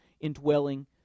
indwelling